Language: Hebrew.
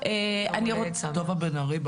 לחפש "טובה בן ארי"